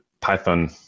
Python